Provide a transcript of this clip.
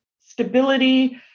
stability